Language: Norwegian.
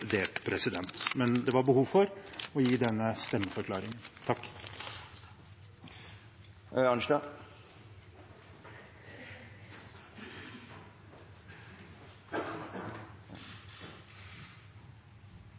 det. Men det var behov for å gi denne stemmeforklaringen.